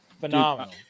phenomenal